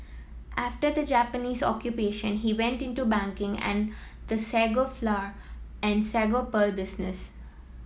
after the Japanese Occupation he went into banking and the sago flour and sago pearl business